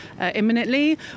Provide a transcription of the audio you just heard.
imminently